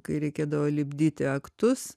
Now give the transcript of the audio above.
kai reikėdavo lipdyti aktus